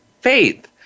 faith